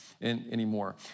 anymore